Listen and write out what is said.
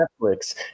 Netflix